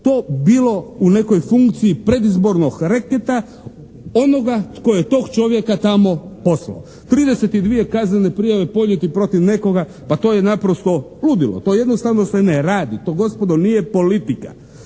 to bilo u nekoj funkciji predizbornog reketa onoga tko je tog čovjeka tamo poslao. Trideset i dvije kaznene prijave podnijeti protiv nekoga, pa to je naprosto ludilo, to jednostavno se ne radi, to gospodo nije politika.